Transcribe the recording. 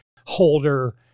holder